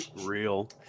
real